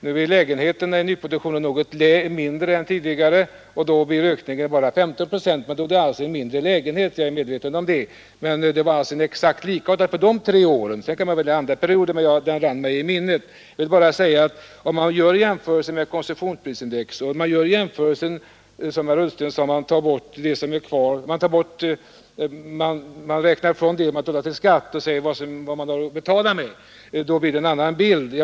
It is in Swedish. Nu är lägenheterna i nyproduktionen något mindre än i den tidigare produktionen, och då blir ökningen bara 15 procent, men det rör sig alltså om en mindre lägenhet. För dessa tre år var emellertid stegringen som sagt exakt lika. Sedan kan man välja andra perioder, men dessa siffror rann mig i minnet. Om man gör jämförelser med konsumentprisindex och, som herr Ullsten gjorde, räknar ifrån det som vederbörande betalar i skatt jämförelsen avser alltså då vad de har att betala med blir bilden en annan.